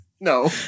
no